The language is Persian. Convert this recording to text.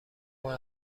ماه